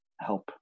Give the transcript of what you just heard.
help